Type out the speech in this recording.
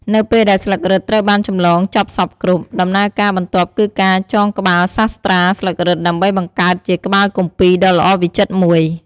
នៅពេលដែលស្លឹករឹតត្រូវបានចម្លងចប់សព្វគ្រប់ ដំណើរការបន្ទាប់គឺការចងក្បាលសាស្រ្តាស្លឹករឹតដើម្បីបង្កើតជាក្បាលគម្ពីរដ៏ល្អវិចិត្រមួយ។